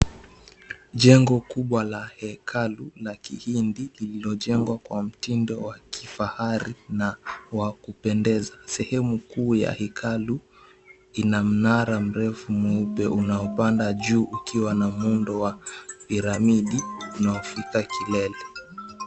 Jengo kubwa la hekalu la kihindi lililojengwa kwa mtindo wa kifahari na wa kupendeza, sehemu kuu ya hekalu ina mnara mrefu mweupe unaopanda juu ikiwa na muundo wa piramidi unaofika kilele.